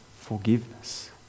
forgiveness